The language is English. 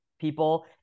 people